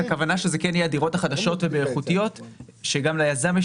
הכוונה שאלה כן יהיו הדירות החדשות והאיכותיות שגם ליזם יש